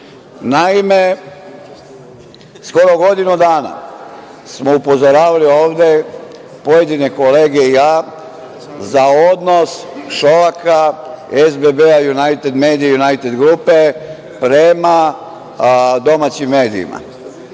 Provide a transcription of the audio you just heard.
evra. Naime, skoro godinu dana smo upozoravali ovde pojedine kolege i ja za odnos Šolaka, SBB, „Junajted medije“ i „Junajted grupe“ prema domaćim medijima.